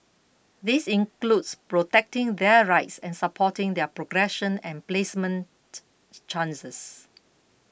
this includes protecting their rights and supporting their progression and placement chances